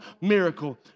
miracle